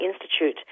Institute